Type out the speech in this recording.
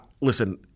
listen